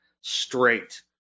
straight